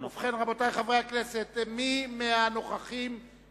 ההסתייגות של קבוצת סיעת מרצ וקבוצת סיעת האיחוד